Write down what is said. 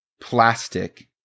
plastic